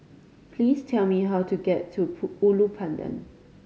please tell me how to get to Ulu Pandan